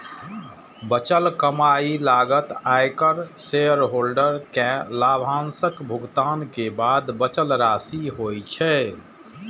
बचल कमाइ लागत, आयकर, शेयरहोल्डर कें लाभांशक भुगतान के बाद बचल राशि होइ छै